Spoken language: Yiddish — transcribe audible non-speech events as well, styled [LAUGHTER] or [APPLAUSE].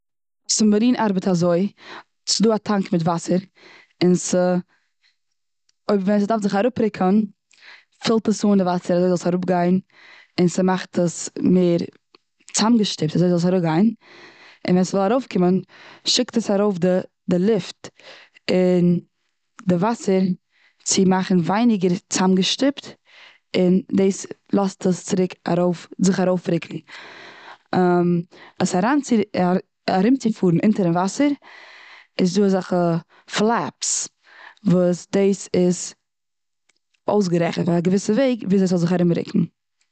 סובמארין ארבעט אזוי. ס'איז דא א טאנק מיט וואסער, און ס'-אויב ווען ס'איז דארף זיך אראפרוקן פילט עס אן די וואסער אזוי זאל עס אראפגיין, און ס'מאכט עס מער צאמגעשטופט אזוי זאל עס אראפגיין. און ווען ס'וויל ארויפקומען שיקט עס ארויף די- די ליפט און די וואסער צו מאכן ווייניגער צאמגעשטופט, און דאס לאזט עס צוריק ארויף זיך ארויפרוקן. [HESITATION] עס אריינצו- ארומצופארן אינטערן וואסער, איז דא אזעלכע פלעפס, וואס דאס איז אויסגערעכנט אויף א געוויסע וועג וויאזוי עס זאל זיך ארומרוקן.